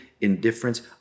indifference